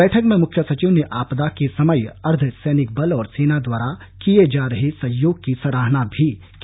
बैठक में मुख्य सचिव ने आपदा के समय अर्द्व सैनिक बल और सेना द्वारा किए जा रहे सहयोग की सराहना भी की